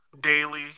daily